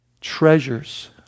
treasures